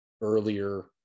earlier